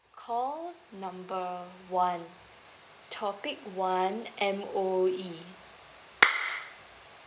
call number one topic one M_O_E